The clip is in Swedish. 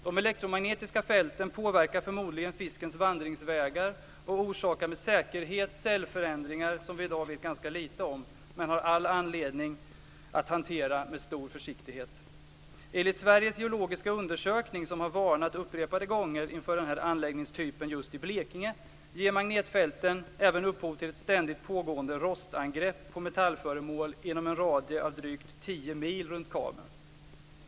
De elektromagnetiska fälten påverkar förmodligen fiskens vandringsvägar och orsakar med säkerhet cellförändringar som vi i dag vet ganska lite om, men har all anledning att hantera med stor försiktighet. Enligt Sveriges geologiska undersökning, som har varnat upprepade gånger inför den här anläggningstypen just i Blekinge, ger magnetfälten även upphov till ett ständigt pågående rostangrepp på metallföremål inom en radie på drygt 10 mil runt kabeln.